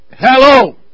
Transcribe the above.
Hello